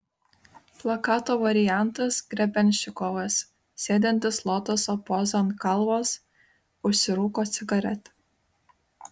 plakato variantas grebenščikovas sėdintis lotoso poza ant kalvos užsirūko cigaretę